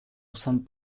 usan